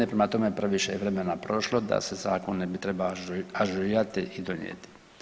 Prema tome, previše je vremena prošlo da se zakon ne bi trebao ažurirati i donijeti.